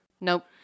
Nope